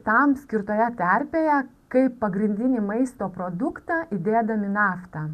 tam skirtoje terpėje kaip pagrindinį maisto produktą įdėdami naftą